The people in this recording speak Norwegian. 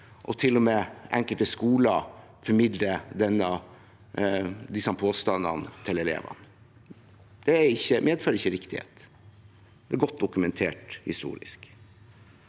det til og med er enkelte skoler som formidler disse påstandene til elevene. Det medfører ikke riktighet, det er godt dokumentert historisk.